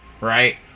right